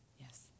Yes